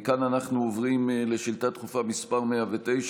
מכאן אנחנו עוברים לשאילתה דחופה מס' 109,